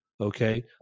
Okay